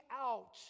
out